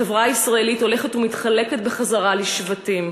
החברה הישראלית הולכת ומתחלקת בחזרה לשבטים,